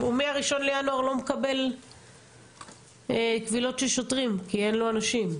הוא מה-1 בינואר לא מקבל קבילות של שוטרים כי אין לו אנשים.